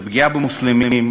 זה פגיעה במוסלמים.